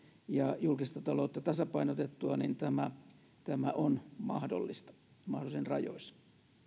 ja julkista taloutta tasapainotettua niin tämä tämä on mahdollista mahdollisen rajoissa